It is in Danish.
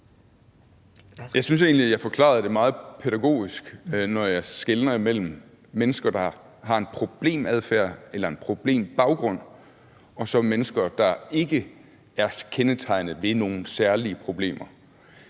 jeg forklarede det meget pædagogisk, når jeg skelnede imellem mennesker, der har en problemadfærd eller en problembaggrund, og så mennesker, der ikke er kendetegnet ved nogen særlige problemer.